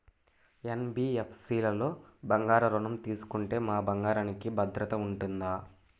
NBFC లలో బంగారు ఋణం తీసుకుంటే మా బంగారంకి భద్రత ఉంటుందా?